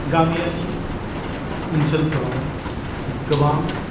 गामियारि ओनसोलफ्राव गोबां